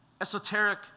esoteric